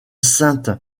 sainte